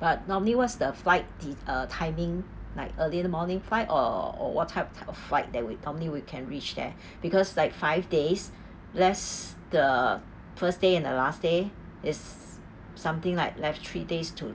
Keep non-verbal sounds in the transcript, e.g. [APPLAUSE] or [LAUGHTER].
but normally what's the flight the uh timing like early in the morning flight or what type of flight that we normally we can reach there [BREATH] because like five days less the first day and the last day is something like left three days to